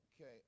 Okay